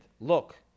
look